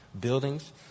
buildings